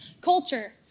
culture